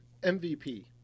MVP